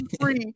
free